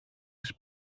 τις